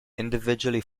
individually